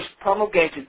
promulgated